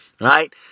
right